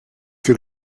que